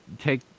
take